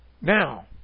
now